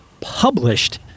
published